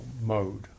mode